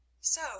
So